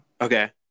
Okay